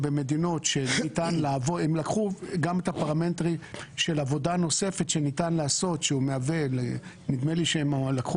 את הפרמטרים של עבודה נוספת שניתן לעשות נדמה לי שהם לקחו